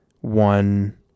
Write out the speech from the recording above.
one